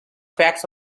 facts